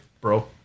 bro